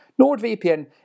NordVPN